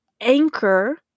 anchor